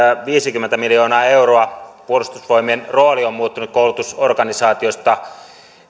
viisikymmentä miljoonaa euroa puolustusvoimien rooli on muuttunut koulutusorganisaatiosta